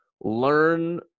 learn